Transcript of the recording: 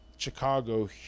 Chicago